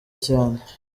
cyane